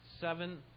seven